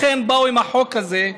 לכן באו עם החוק הזה,